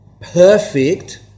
perfect